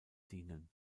dienen